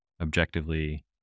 objectively